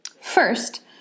First